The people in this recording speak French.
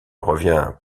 revient